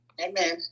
Amen